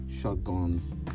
shotguns